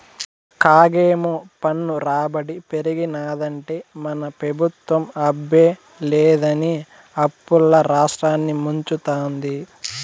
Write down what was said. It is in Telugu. కాగేమో పన్ను రాబడి పెరిగినాదంటే మన పెబుత్వం అబ్బే లేదని అప్పుల్ల రాష్ట్రాన్ని ముంచతాంది